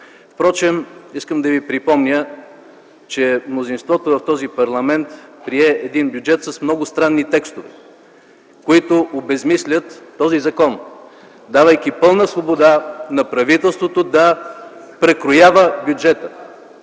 Дянков. Искам да ви припомня, че мнозинството в този парламент прие бюджет с много странни текстове, които обезсмислят този закон, давайки пълна свобода на правителството да прекроява бюджета.